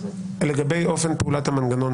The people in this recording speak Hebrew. שמענו לגבי אופן פעולת המנגנון,